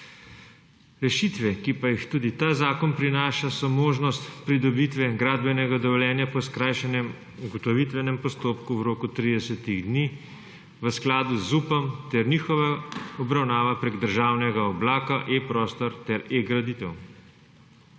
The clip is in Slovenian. Rešitve, ki pa jih tudi ta zakon prinaša, so: možnost pridobitve gradbenega dovoljenja po skrajšanem ugotovitvenem postopku v roku 30 dni v skladu z ZUP ter njihova obravnava prek državnega oblaka e-prostor ter e-graditev.